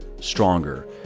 Stronger